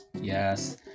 Yes